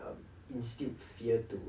um instilled fear to